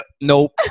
Nope